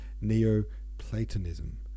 Neoplatonism